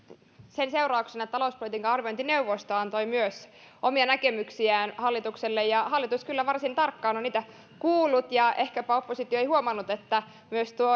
sen seurauksena että talouspolitiikan arviointineuvosto antoi myös omia näkemyksiään hallitukselle hallitus kyllä varsin tarkkaan on niitä kuullut ja ehkäpä oppositio ei huomannut että myös tuon